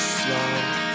slow